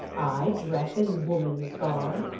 i dress in woman's garb?